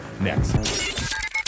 next